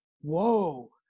Whoa